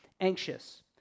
anxious